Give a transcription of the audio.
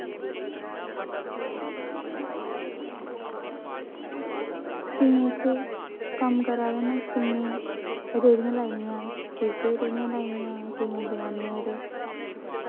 केइयें इत्थै कम्म करै दे न केइयें रेह्ड़ियां लाई दियां कुलचे रेह्ड़ियां लाई दियां केइयें दकानें पर